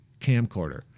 camcorder